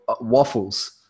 waffles